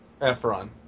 Efron